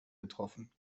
getroffen